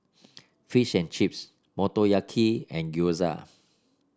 Fish and Chips Motoyaki and Gyoza